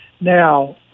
Now